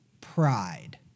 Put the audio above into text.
pride